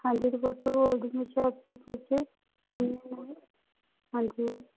ਹਾਂਜੀ ਰਿਪੋਟਰ ਬੋਲਦੀ ਜੀ ਹੁਸ਼ਿਆਰਪੁਰ ਵਿੱਚ ਹਾਂਜੀ ਹਾਂਜੀ